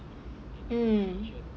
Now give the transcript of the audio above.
um